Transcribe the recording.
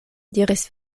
diris